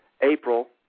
April